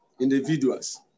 individuals